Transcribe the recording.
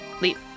leave